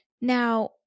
Now